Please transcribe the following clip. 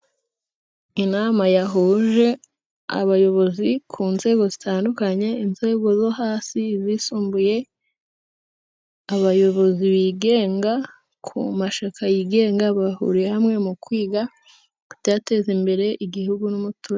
Inama yahuje abayobozi ku nzego zitandukanye; inzego zo hasi, izisumbuye, abayobozi bigenga ku mashyaka yigenga, bahuriye hamwe mu kwiga ibyateza imbere igihugu n'umuturage.